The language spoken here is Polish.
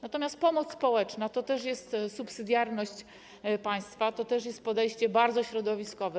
Natomiast pomoc społeczna to też jest subsydiarność państwa, to też jest podejście bardzo środowiskowe.